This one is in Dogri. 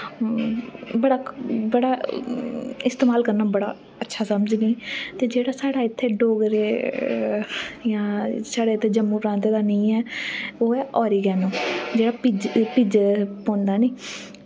बड़ा बड़ा इस्तेमाल करना बड़ा अच्छा समझनी ते जेह्ड़ा साढ़ा इत्थे डोगरे यां शड़े इत्थे जम्मू प्रांत दा निं ऐ ओह् ऐ आरिगैनो जेह्ड़ा पिज्ज पिज्जे पौंदा नी